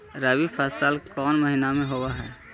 रबी फसल कोन महिना में होब हई?